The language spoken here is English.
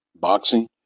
Boxing